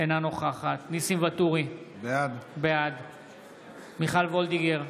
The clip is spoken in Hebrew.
אינה נוכחת ניסים ואטורי, בעד מיכל מרים וולדיגר,